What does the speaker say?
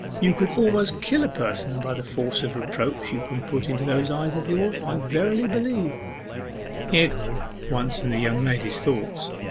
you could almost kill a person by the force of reproach you can put into those eyes of yours, i verily believe edward once in the young lady's thoughts,